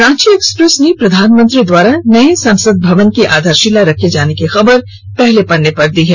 Ranchi Express ने प्रधानमंत्री द्वारा नए संसद भवन की आधारप्रिाला रखे जाने की खबर को पहले पन्ने पर जगह दी है